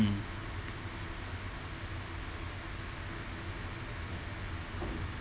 mm